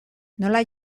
nola